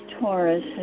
Taurus